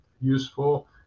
useful